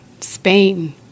Spain